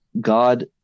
God